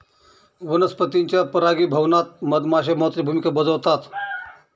वनस्पतींच्या परागीभवनात मधमाश्या महत्त्वाची भूमिका बजावतात